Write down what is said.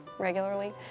regularly